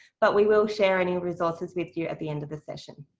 but we will share any resources with you at the end of the session.